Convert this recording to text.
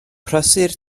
prysur